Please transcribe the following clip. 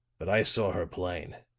but i saw her plain.